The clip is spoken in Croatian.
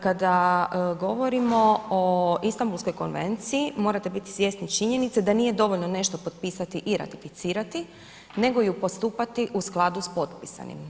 Kada govorimo o Istambulskoj konvenciji morate biti svjesni činjenice da nije dovoljno nešto potpisati i ratificirati, nego i postupati u skladu s potpisanim.